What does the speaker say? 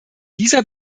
dieser